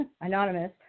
Anonymous